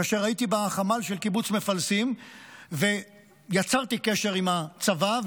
כאשר הייתי בחמ"ל של קיבוץ מפלסים יצרתי קשר עם הצבא,